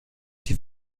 die